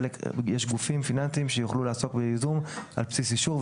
ישנם גופים פיננסיים שיוכלו לעסוק בייזום על בסיס אישור,